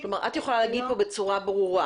כלומר את יכולה להגיד בצורה ברורה